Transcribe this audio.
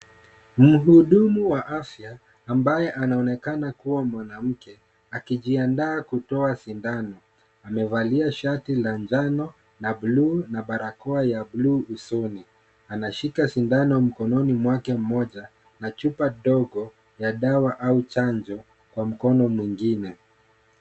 Mhudumu wa afya ambaye anaonekana kuwa mwanamke akijiandaa kutoa sindano. Amevalia shati la njano na blue na barakoa ya blue usoni. Anashika sindano mkononi mwake mmoja na chupa ndogo ya dawa au chanjo kwa mkono mwingine.